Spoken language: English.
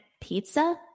pizza